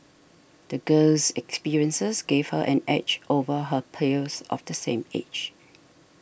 the girl's experiences gave her an edge over her peers of the same age